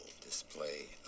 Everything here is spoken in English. display